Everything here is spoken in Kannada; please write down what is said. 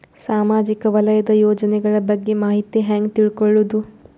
ಸಾಮಾಜಿಕ ವಲಯದ ಯೋಜನೆಗಳ ಬಗ್ಗೆ ಮಾಹಿತಿ ಹ್ಯಾಂಗ ತಿಳ್ಕೊಳ್ಳುದು?